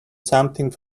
something